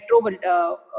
metro